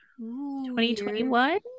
2021